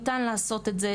ניתן לעשות את זה.